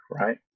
right